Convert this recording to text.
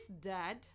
dad